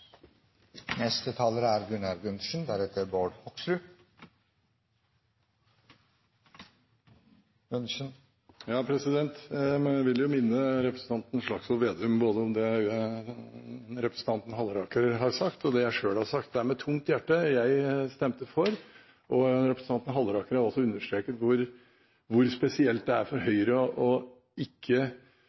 vil minne representanten Slagsvold Vedum om det både representanten Halleraker og jeg selv har sagt. Det er med tungt hjerte jeg stemmer for. Representanten Halleraker har også understreket hvor spesielt det er for Høyre å ikke